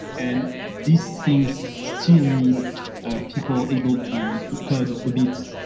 and these things still need ah people able to to code a bit,